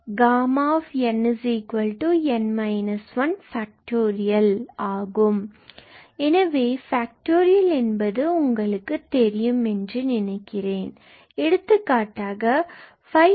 இதுவே ஆகும் எனவே ஃபேக்டோரியல் என்பது உங்களுக்குத் தெரியும் என நினைக்கிறேன் எடுத்துக்காட்டாக 5